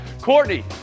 Courtney